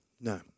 no